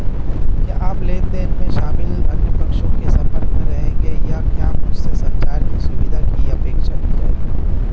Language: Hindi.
क्या आप लेन देन में शामिल अन्य पक्षों के संपर्क में रहेंगे या क्या मुझसे संचार की सुविधा की अपेक्षा की जाएगी?